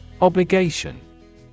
Obligation